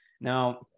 Now